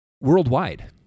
worldwide